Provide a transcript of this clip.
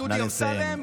דודי אמסלם.